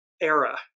era